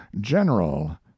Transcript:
general